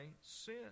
sin